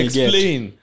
Explain